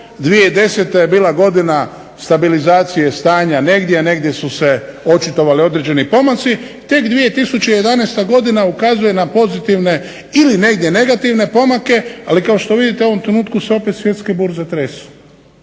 2010. je bila godina stabilizacije stanja negdje, a negdje su se očitovali određeni pomaci, tek 2011. godina ukazuje na pozitivne ili negdje negativne pomake, ali kao što vidite u ovom trenutku se opet svjetske burze tresu.